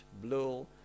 blue